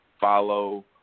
follow –